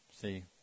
See